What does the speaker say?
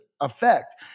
effect